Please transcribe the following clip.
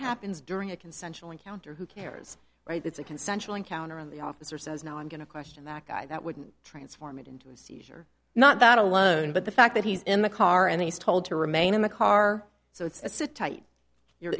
happens during a consensual encounter who cares right it's a consensual encounter on the officer says no i'm going to question that guy that wouldn't transform it into a seizure not that alone but the fact that he's in the car and he's told to remain in the car so it's a sit tight you